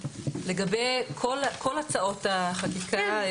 לגבי כל הצעות החקיקה,